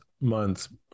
month's